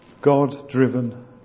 God-driven